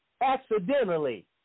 Accidentally